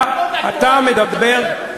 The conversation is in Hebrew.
אתה האיש שמדבר,